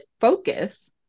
focus